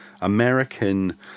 American